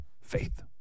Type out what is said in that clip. faith